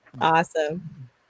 awesome